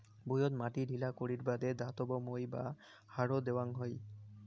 ভুঁইয়ত মাটি ঢিলা করির বাদে ধাতব মই বা হ্যারো দ্যাওয়াং হই